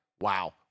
wow